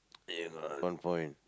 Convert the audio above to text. eh I got one point